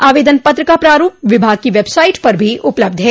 आवेदन पत्र का प्रारूप विभाग की वेबसाइट पर भी उपलब्ध है